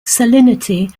salinity